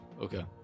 okay